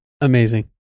Amazing